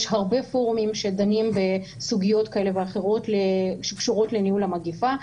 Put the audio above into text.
יש הרבה פורומים שדנים בסוגיות כאלה ואחרות שקשורות לניהול המגפה.